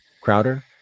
Crowder